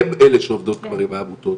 הן אלה שעובדות כבר עם העמותות,